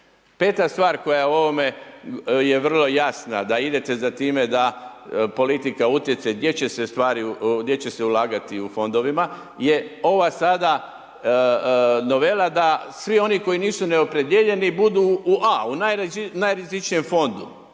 Peta stvar koja je u ovome je vrlo jasna da idete za time da politika utječe gdje će se ulagati u Fondovima je ova sada novela da svi oni koji nisu neopredjeljeni budu u A, u najrizičnijem Fondu